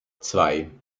zwei